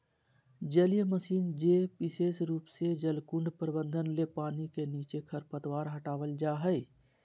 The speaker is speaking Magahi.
जलीय मशीन जे विशेष रूप से जलकुंड प्रबंधन ले पानी के नीचे खरपतवार हटावल जा हई